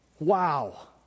Wow